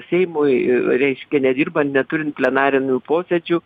seimui reiškia nedirbant neturint plenarinių posėdžių